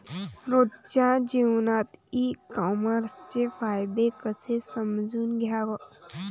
रोजच्या जीवनात ई कामर्सचे फायदे कसे समजून घ्याव?